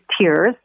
tears